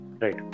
Right